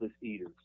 eaters